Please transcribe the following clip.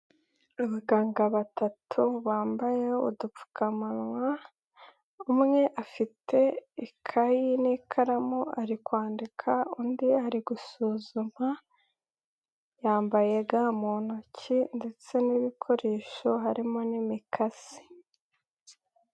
Abaganga batatu bambaye udupfukamuwa, umwe afite ikayi n'ikaramu ari kwandika undi ari gusuzuma, yambaye ga mu ntoki ndetse n'ibikoresho harimo n'imikasi.